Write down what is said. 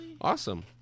Awesome